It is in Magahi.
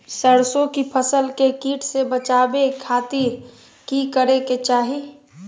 सरसों की फसल के कीट से बचावे खातिर की करे के चाही?